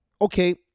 okay